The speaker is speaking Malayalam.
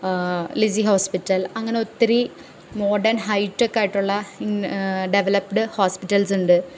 ലിസി ഹോസ്പിറ്റൽ അങ്ങനെ ഒത്തിരി മോഡേൺ ഹൈ ടെക് ആയിട്ടുള്ള ഡെവലപ്പ്ഡ് ഹോസ്പിറ്റൽസുണ്ട്